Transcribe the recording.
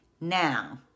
Now